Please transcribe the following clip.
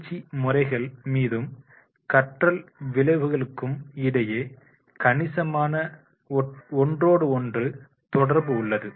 பயிற்சி முறைகள் மீதும் கற்றல் விளைவுகளுக்கும் இடையே கணிசமான ஒன்றோடொன்று தொடர்பு உள்ளது